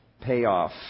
payoff